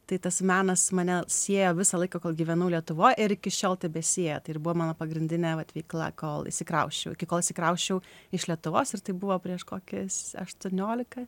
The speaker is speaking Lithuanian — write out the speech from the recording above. tai tas menas mane sieja visą laiką kol gyvenau lietuvoj ir iki šiol tebesieja tai ir buvo mano pagrindinė veikla kol išsikrausčiau iki kol išsikrausčiau iš lietuvos ir tai buvo prieš kokias aštuoniolika